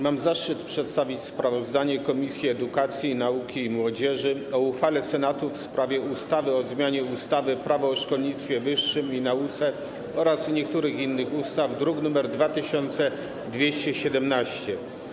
Mam zaszczyt przedstawić sprawozdanie Komisji Edukacji, Nauki i Młodzieży o uchwale Senatu w sprawie ustawy o zmianie ustawy - Prawo o szkolnictwie wyższym i nauce oraz niektórych innych ustaw, druk nr 2217.